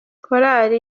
korali